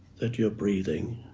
that you're breathing.